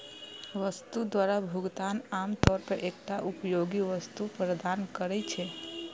वस्तु द्वारा भुगतान आम तौर पर एकटा उपयोगी वस्तु प्रदान करै छै